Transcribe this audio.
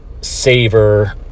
savor